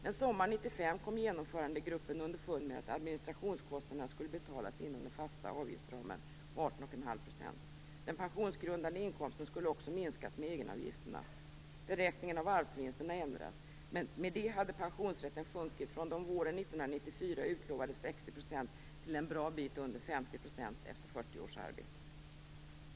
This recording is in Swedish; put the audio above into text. Men sommaren 1995 kom genomförandegruppen underfund med att administrationskostnaderna skulle betalas inom den fasta avgiftsramen på 18,5 %. Den pensionsgrundande inkomsten skulle också minskas med egenavgifterna. 60 % till en bra bit under 50 % efter 40 års arbete.